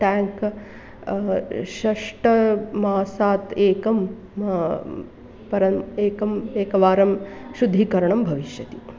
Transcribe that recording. tank षष्टमासात् एकं परम् एकम् एकवारं शुद्धीकरणं भविष्यति